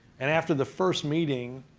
and after the first meeting,